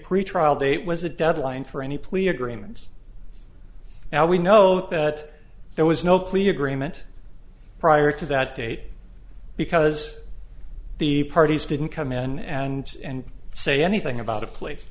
the trial date was the deadline for any plea agreements now we know that there was no clear agreement prior to that date because the parties didn't come in and say anything about a place